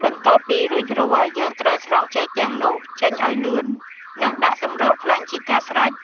បន្ទាប់ពីរួចរាល់់ យើងត្រូវស្រង់ចេកទាំងនោះចេញឲ្យលឿន និង ដាក់សម្រក់ខ្លាញ់ជាការស្រេច។